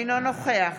אינו נוכח